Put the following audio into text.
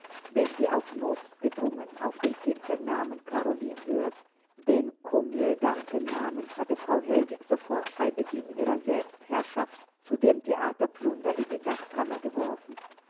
wenn sie auch notgedrungen auf den simplen namen karoline hört den komödiantennamen hatte frau hellwig sofort bei beginn ihrer selbstherrschaft zu dem theaterplunder in die dachkammer geworfen